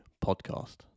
Podcast